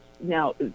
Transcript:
Now